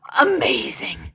amazing